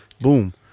Boom